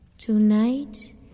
Tonight